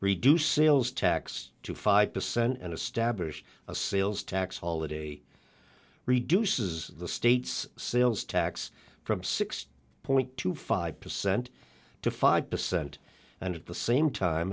reduce sales tax to five percent and establish a sales tax holiday reduces the state's sales tax from six point two five percent to five percent and at the same time